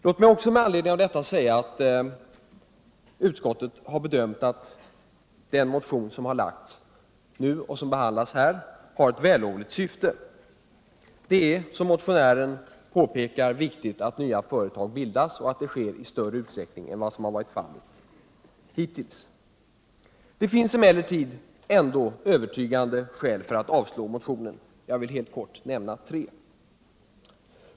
Låt mig med anledning av detta också säga att utskottet har bedömt att den motion som nu behandlas har ett vällovligt syfte. Som motionären så riktigt påpekar är det viktigt att nya företag bildas och att det sker i större utsträckning än som varit fallet hittills. Det finns emellertid övertygande skäl för att avslå motionen. Jag vill helt kort nämna tre.